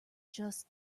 just